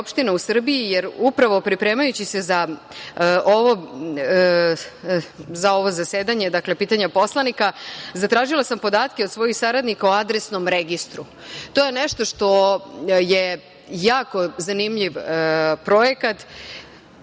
opštine u Srbiji, jer upravo pripremajući se za ovo zasedanje, pitanja poslanika, zatražila sam podatke od svojih saradnika o „Adresnom registru“. To je nešto što je jako zanimljiv projekat